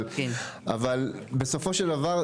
אבל בסופו של דבר,